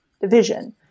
division